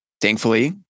Thankfully